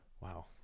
Wow